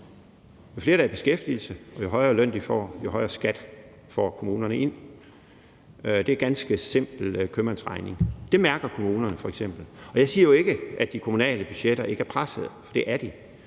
Jo flere der er i beskæftigelse, og jo højere løn de får, jo højere skatteindtægter får kommunerne ind. Det er ganske simpel købmandsregning. Det mærker kommunerne f.eks. Jeg siger jo ikke, at de kommunale budgetter ikke er pressede, for det er de.